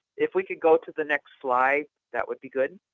if we could go to the next slide, that would be good.